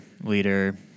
leader